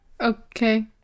okay